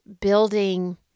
building